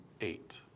eight